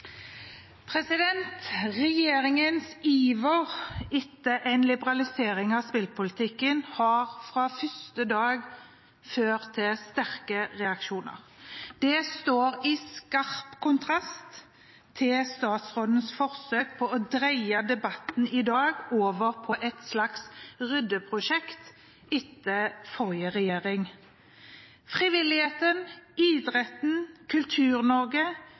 minutter. Regjeringens iver etter en liberalisering av spillpolitikken har fra første dag ført til sterke reaksjoner. Det står i skarp kontrast til statsrådens forsøk på å dreie debatten i dag over på et slags ryddeprosjekt etter forrige regjering. Frivilligheten, idretten